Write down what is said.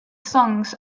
songs